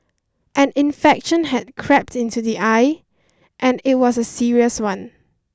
an infection had crept into the eye and it was a serious one